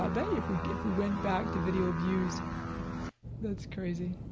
i bet if we if we went back to video views that's crazy.